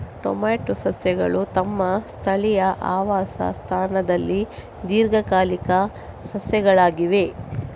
tomato ಸಸ್ಯಗಳು ತಮ್ಮ ಸ್ಥಳೀಯ ಆವಾಸ ಸ್ಥಾನದಲ್ಲಿ ದೀರ್ಘಕಾಲಿಕ ಸಸ್ಯಗಳಾಗಿವೆ